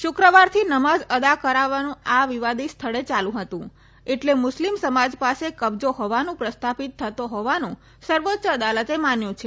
શુક્રવારથી નમાઝ અદા કરાવાનું આ વિવાદીત સ્થળે ચાલુ હતુ એટલે મુસ્લીમ સમાજ પાસે કબજો હોવાનું પ્રસ્થાપિત થતો હોવાનું સર્વોચ્ય અદાલતે માન્યું છે